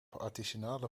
artisanale